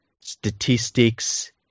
statistics